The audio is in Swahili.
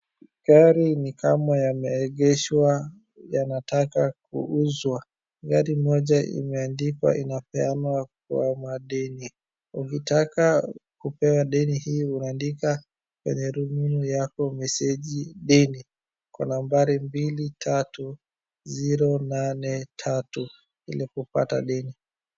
Gari ni kama yameegeshwa yanataka kuuzwa, gari moja imeandikwa inapeana kwa madeni, ukitaka kupewa deni hii unaandika kwenye rununu yako meseji deni kwa nambari 23083 ili kupata deni.